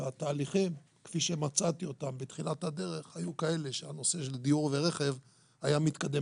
ובתהליכים כפי שמצאתי אותם בתחילת הדרך הנושא של דיור ורכב היה מתקדם.